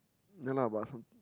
ya lah but